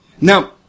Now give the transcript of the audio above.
Now